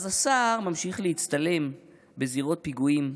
אז השר ממשיך להצטלם בזירות פיגועים,